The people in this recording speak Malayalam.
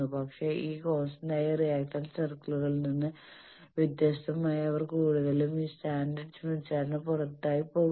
പക്ഷേ ഈ കോൺസ്റ്റന്റായ റിയാക്റ്റൻസ് സർക്കിളുകളിൽ നിന്ന് വ്യത്യസ്തമായി അവർ കൂടുതലും ഈ സ്റ്റാൻഡേർഡ് സ്മിത്ത് ചാർട്ടിന് പുറത്താണ് പോകുന്നത്